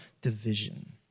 division